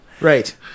Right